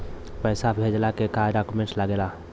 पैसा भेजला के का डॉक्यूमेंट लागेला?